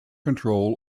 control